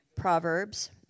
Proverbs